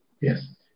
Yes